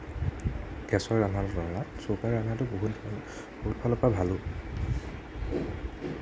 গেছত ৰন্ধাৰ তুলনাত চৌকাত ৰন্ধাটো বহুত বহুতফালৰ পৰা ভালো